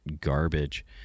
garbage